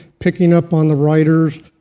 picking up on the writers,